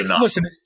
listen